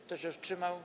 Kto się wstrzymał?